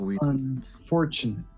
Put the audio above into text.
unfortunate